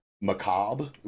macabre